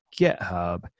GitHub